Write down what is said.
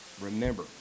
Remember